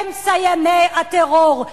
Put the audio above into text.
הם סייעני הטרור,